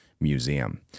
museum